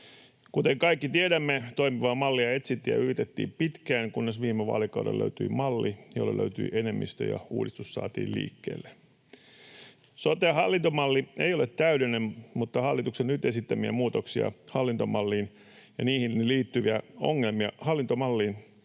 Kuten kaikki tiedämme, toimivaa mallia etsittiin ja yritettiin pitkään, kunnes viime vaalikaudella löytyi malli, jolle löytyi enemmistö, ja uudistus saatiin liikkeelle. Sote-hallintomalli ei ole täydellinen, mutta hallituksen nyt esittämiä muutoksia hallintomalliin ja niihin liittyviä ongelmia kuvattiin